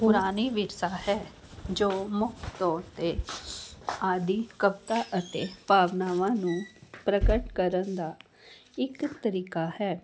ਪੁਰਾਣੀ ਵਿਰਸਾ ਹੈ ਜੋ ਮੁਖ ਤੌਰ 'ਤੇ ਆਦੀ ਕਵਿਤਾ ਅਤੇ ਭਾਵਨਾਵਾਂ ਨੂੰ ਪ੍ਰਗਟ ਕਰਨ ਦਾ ਇੱਕ ਤਰੀਕਾ ਹੈ